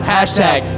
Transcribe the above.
Hashtag